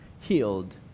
healed